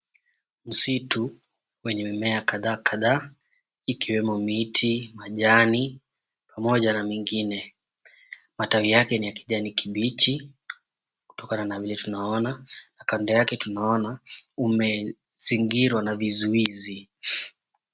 Msitu wenye mimea kadha kadha ikwemo miti majani moja namengine matawi ya kijani kibichi kutokana na vile tunaona kando tunaona umezingirwa na vizuizi.